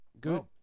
Good